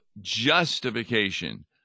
justification